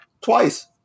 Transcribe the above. Twice